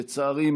לצערי,